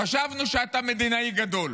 חשבנו שאתה מדינאי גדול.